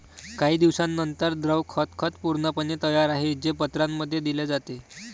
काही दिवसांनंतर, द्रव खत खत पूर्णपणे तयार आहे, जे पत्रांमध्ये दिले आहे